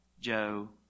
Joe